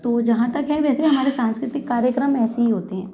तो जहाँ तक है वैसे हमारे सांस्कृतिक कार्यक्रम ऐसे ही होते हैं